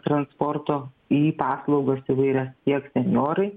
transportu į paslaugas įvairas tiek senjorai